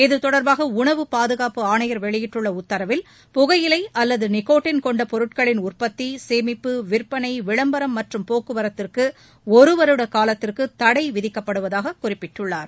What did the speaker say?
இது தொடர்பாக உணவு பாதுகாப்பு ஆணையர் வெளியிட்டுள்ள உத்தரவில் புகையிலை அல்லது நிகோட்டின் கொண்ட பொருட்களின் உற்பத்தி சேமிப்பு விற்பனை விளம்பரம் மற்றும் போக்குவரத்திற்கு ஒரு வருட காலத்திற்கு தடை விதிக்கப்படுவதாக குறிப்பிட்டுள்ளார்